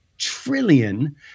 Trillion